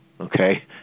okay